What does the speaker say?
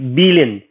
billion